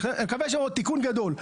אני מקווה שיהיה תיקון גדול.